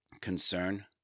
concern